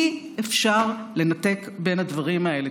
אי-אפשר לנתק בין הדברים האלה.